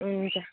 हुन्छ